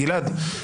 גלעד,